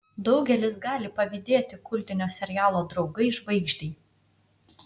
daugelis gali pavydėti kultinio serialo draugai žvaigždei